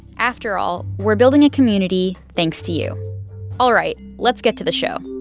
after all, we're building a community, thanks to you all right. let's get to the show